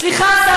וסליחה,